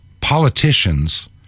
politicians